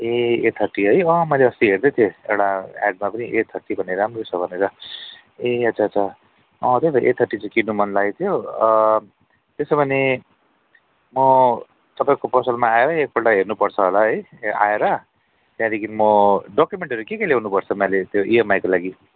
ए eight thirty है अँ मैले अस्ति हर्दै थिएँ एउटा एडमा पनि एट थर्टी भन्ने राम्रो छ भनेर ए अच्छा अच्छा त्यही त एट थर्टी चाहिँ किन्नु मन लागेको थियो त्यसो भने म तपाईँको पसलमा आएर एकपल्ट हेर्नुपर्छ होला है आएर त्यहाँदेखि म डक्युमेन्टहरू के के ल्याउनु पर्छ मैले त्यो इएमआईको लागि